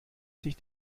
sich